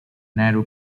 nehru